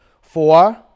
Four